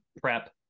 prep